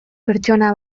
pertsona